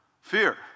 Fear